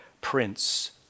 prince